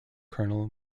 colonel